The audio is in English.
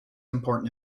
important